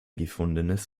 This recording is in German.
gefundenes